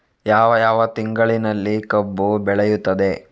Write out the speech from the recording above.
ಯಾವ ಯಾವ ತಿಂಗಳಿನಲ್ಲಿ ಕಬ್ಬು ಬೆಳೆಯುತ್ತದೆ?